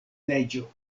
neĝo